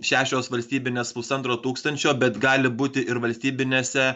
šešios valstybinės pusantro tūkstančio bet gali būti ir valstybinėse